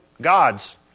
gods